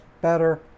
better